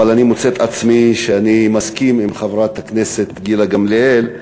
אבל אני מוצא את עצמי מסכים עם חברת הכנסת גילה גמליאל,